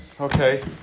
Okay